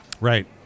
right